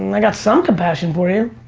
like got some compassion for you.